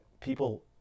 people